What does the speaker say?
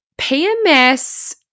PMS